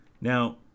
Now